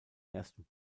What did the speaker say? ersten